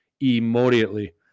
immediately